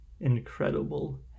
incredible